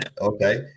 okay